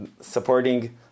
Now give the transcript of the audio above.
supporting